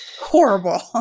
horrible